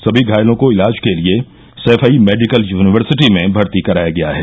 सभी घायलों को इलाज के लिये सैफई मेडिकल युनिवर्सिटी में भर्ती कराया गया है